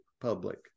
public